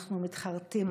אנחנו מתחרטים,